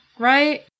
Right